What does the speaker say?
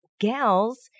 gals